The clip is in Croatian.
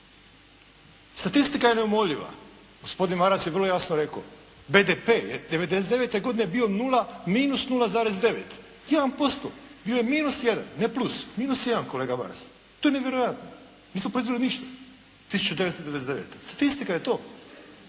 Statistika je neumoljiva, gospodin Maras je vrlo jasno rekao, da ide prije '99. godine bio nula -0,9, 1% bio je minus 1, ne plus, minus 1 kolega Maras. To je nevjerojatno. Nismo proizveli ništa 1999. Statistika je to.